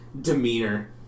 demeanor